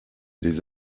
des